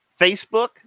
Facebook